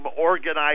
organized